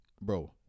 bro